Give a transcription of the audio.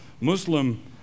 Muslim